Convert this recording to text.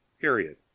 period